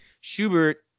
Schubert